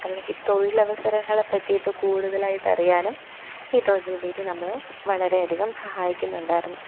അല്ലെങ്കിൽ തൊഴിലവസരങ്ങളെ പറ്റിയിട്ട് കൂടുതലായിട്ടറിയാനും ഈ തൊഴിൽവീഥി നമ്മളെ വളരെയധികം സഹായിക്കുന്നുണ്ടായിരുന്നു